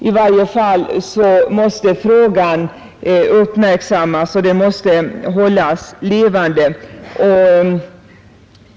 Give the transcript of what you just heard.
I varje fall måste frågan uppmärksammas och hållas levande.